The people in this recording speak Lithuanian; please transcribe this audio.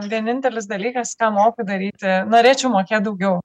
vienintelis dalykas ką moku daryti norėčiau mokėt daugiau